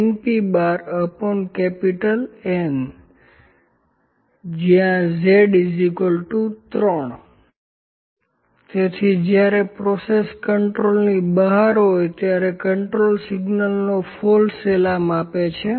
L npznpN જ્યાં z 3 તેથી જ્યારે પ્રક્રિયા કન્ટ્રોલની બહાર હોય ત્યારે કન્ટ્રોલ સિગ્નલનો ફોલ્સ અલાર્મ આપે છે